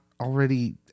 already